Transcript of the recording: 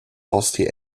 haustier